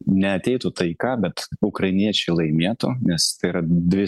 neateitų taika bet ukrainiečiai laimėtų nes tai yra dvi